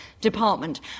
department